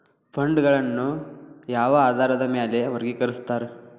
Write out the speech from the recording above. ಫಂಡ್ಗಳನ್ನ ಯಾವ ಆಧಾರದ ಮ್ಯಾಲೆ ವರ್ಗಿಕರಸ್ತಾರ